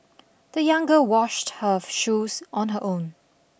the young girl washed her shoes on her own